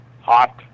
hot